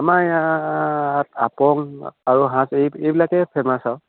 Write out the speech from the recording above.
আমাৰ ইয়াত আপং আৰু সাঁজ এই এইবিলাকেই ফেমাছ আৰু